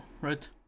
right